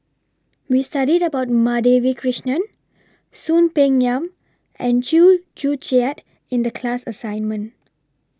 We studied about Madhavi Krishnan Soon Peng Yam and Chew Joo Chiat in The class assignment